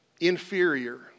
inferior